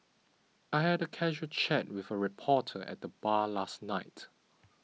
I had a casual chat with a reporter at the bar last night